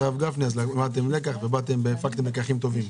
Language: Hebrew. הרב גפני למדתם לקח והפקתם לקחים טובים.